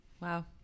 Wow